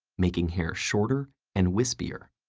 making hair shorter and wispier.